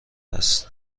است